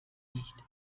nicht